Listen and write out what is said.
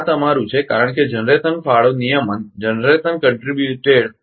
આ તમારું છે કારણ કે જનરેશન ફાળો નિયમન 1200 મેગાવાટ છે